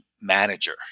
manager